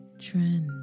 trend